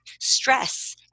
stress